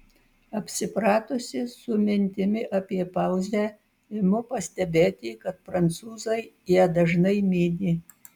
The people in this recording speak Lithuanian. apsipratusi su mintimi apie pauzę imu pastebėti kad prancūzai ją dažnai mini